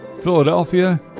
Philadelphia